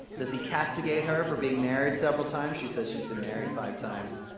does he castigate her for being married several times? she said she's been married five times.